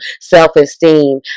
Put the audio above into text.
self-esteem